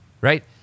right